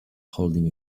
holding